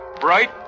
bright